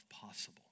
possible